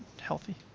healthy